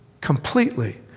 completely